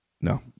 No